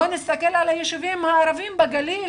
בואו נסתכל על הישובים הערביים בגליל,